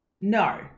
No